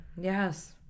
Yes